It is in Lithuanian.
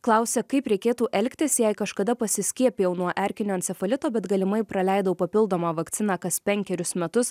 klausia kaip reikėtų elgtis jei kažkada pasiskiepijau nuo erkinio encefalito bet galimai praleidau papildomą vakciną kas penkerius metus